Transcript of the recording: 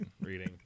reading